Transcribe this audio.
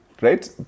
right